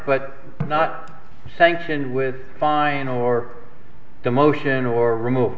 but not sanctioned with a fine or the motion or remov